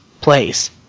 place